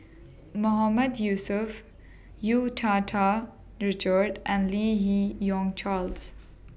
Mahmood Yusof Hu Tau Tau Richard and Lim Yi Yong Charles